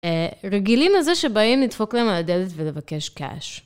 רגילים לזה שבאים לדפוק להם על הדלת ולבקש קאש.